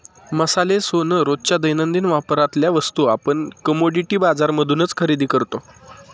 मसाले, सोन, रोजच्या दैनंदिन वापरातल्या वस्तू आपण कमोडिटी बाजार मधूनच खरेदी करतो